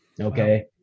Okay